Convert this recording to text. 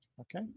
Okay